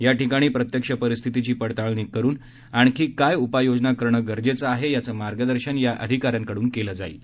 याठिकाणी प्रत्यक्ष परिस्थितीची पडताळणी करून आणखी काय उपाययोजना करणे गरजेचे आहे याचे मार्गदर्शन या अधिकाऱ्यांकडून केले जाणार आहे